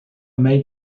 made